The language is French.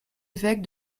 évêque